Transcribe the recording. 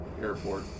Airport